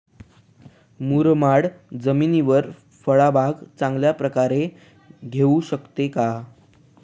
मुरमाड जमिनीवर फळबाग चांगल्या प्रकारे येऊ शकते का?